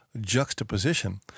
juxtaposition